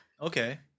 Okay